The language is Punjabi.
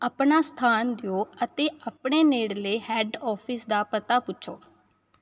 ਆਪਣਾ ਸਥਾਨ ਦਿਓ ਅਤੇ ਆਪਣੇ ਨੇੜਲੇ ਹੈੱਡ ਓਫਿਸ ਦਾ ਪਤਾ ਪੁੱਛੋ